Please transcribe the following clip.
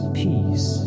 peace